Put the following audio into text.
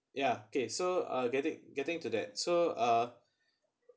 ya okay so uh getting getting to that so uh